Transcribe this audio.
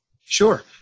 Sure